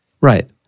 right